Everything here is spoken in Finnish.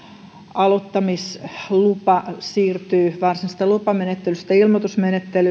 aloittamislupa siirtyy varsinaisesta lupamenettelystä ilmoitusmenettelyyn